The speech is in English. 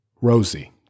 Rosie